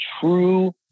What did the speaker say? true